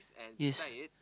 yes